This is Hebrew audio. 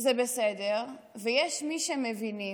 שזה בסדר, ויש מי שמבינים